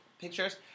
pictures